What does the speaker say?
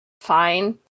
fine